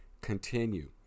continue